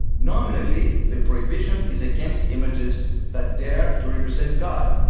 nominally, the prohibition is against images that dare to represent god,